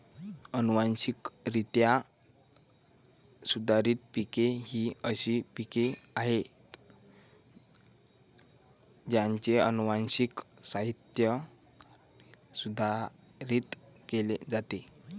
अनुवांशिकरित्या सुधारित पिके ही अशी पिके आहेत ज्यांचे अनुवांशिक साहित्य सुधारित केले जाते